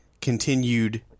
continued